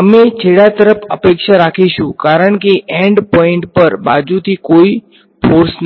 અમે છેડા તરફ અપેક્ષા રાખીશું કારણ કે એન્ડ પોઈંટ પર બાજુથી કોઈ ફોર્સ